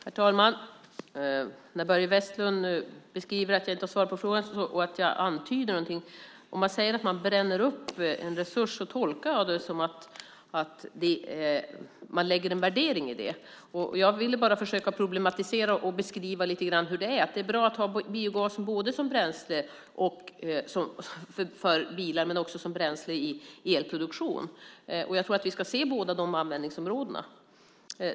Herr talman! Börje Vestlund säger att jag inte har svarat på frågan och att jag antyder något. Men om man säger att man bränner upp en resurs tolkar jag det som att man lägger en värdering i det. Jag ville bara försöka problematisera och lite grann beskriva hur det är, att det är bra att ha biogasen både som bränsle för bilar och i elproduktion. Jag tror att vi ska se båda dessa användningsområden.